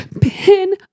Pin